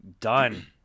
done